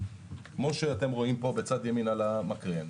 כמו שאתם רואים פה בצד ימין על המקרן,